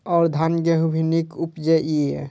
और धान गेहूँ भी निक उपजे ईय?